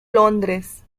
londres